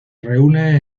reúne